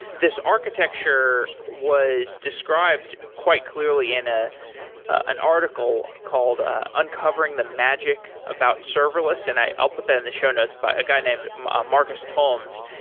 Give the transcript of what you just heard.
this architecture was described quite clearly in ah an article called ah uncovering the magic about serverless and i'll put that in the show notes by a guy named markus thommes,